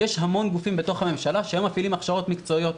יש המון גופים בתוך הממשלה שמפעילים הכשרות מקצועיות.